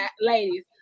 ladies